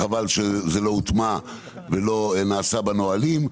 חבל שזה לא הוטמע ולא נעשה בנהלים.